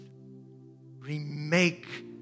remake